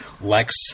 Lex